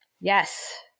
Yes